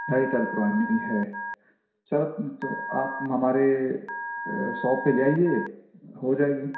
ڈھائی سال پرانی ہے چلو تو آپ ہمارے شاپ پہ لے آئیے ہو جائے گی